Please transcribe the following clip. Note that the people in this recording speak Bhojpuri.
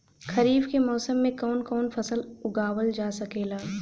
खरीफ के मौसम मे कवन कवन फसल उगावल जा सकेला?